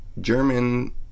German